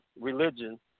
religion